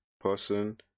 person